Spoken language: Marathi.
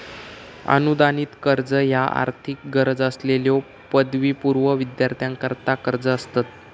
अनुदानित कर्ज ह्या आर्थिक गरज असलेल्यो पदवीपूर्व विद्यार्थ्यांकरता कर्जा असतत